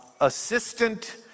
assistant